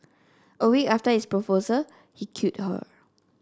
a week after his proposal he killed her